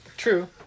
True